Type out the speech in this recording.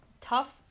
tough